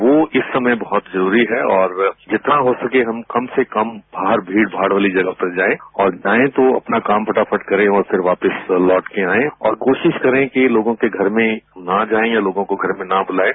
वह इस समय वहत जरूरी है और जितना हो सके हम कम से कम बाहर भीड़ भाड़ वाली जगह पर जाएं और जाए तो अपना काम फटाफट करें और फिर वापिस लौटकर आए और कोशिश करें कि लोगों के घर में ना जाए या लोगों को घर में न बुलाएं